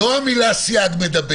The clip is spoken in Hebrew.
לא המילה סייג.